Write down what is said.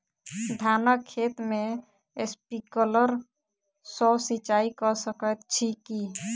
धानक खेत मे स्प्रिंकलर सँ सिंचाईं कऽ सकैत छी की?